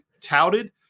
touted